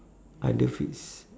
other fits